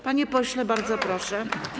Panie pośle, bardzo proszę.